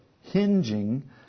hinging